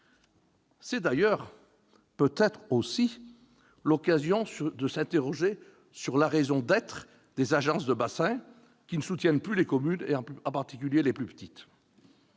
C'est d'ailleurs aussi l'occasion, peut-être, de s'interroger sur la raison d'être des agences de bassin, qui ne soutiennent plus les communes, en particulier, les plus petites